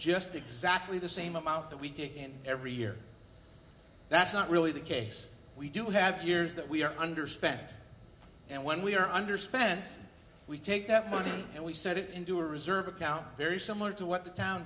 just exactly the same amount that we take in every year that's not really the case we do have years that we are under spent and when we are under spent we take that money and we set it into a reserve account very similar to what the town